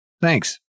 Thanks